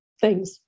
Thanks